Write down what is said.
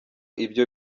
icyo